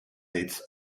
its